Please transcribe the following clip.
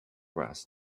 breast